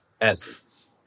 essence